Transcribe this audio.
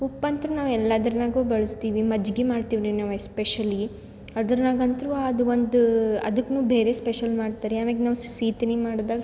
ಉಪ್ಪಂತೂ ನಾವು ಎಲ್ಲಾದ್ರನಾಗೂ ಬಳಸ್ತೀವಿ ಮಜ್ಜಿಗೆ ಮಾಡ್ತೀವ್ರಿ ನಾವು ಎಸ್ಪೆಷಲಿ ಅದ್ರ್ನಾಗ ಅಂತೂ ಅದು ಒಂದು ಅದಕು ಬೇರೆ ಸ್ಪೆಷಲ್ ಮಾಡ್ತಾರ್ರೀಆಮ್ಯಾಗೆ ನಾವು ಸೀತನಿ ಮಾಡ್ದಾಗ